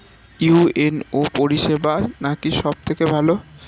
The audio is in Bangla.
ইউ.এন.ও পরিসেবা নাকি সব থেকে ভালো?